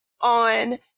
on